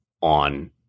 on